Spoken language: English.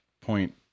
point